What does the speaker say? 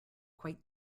quite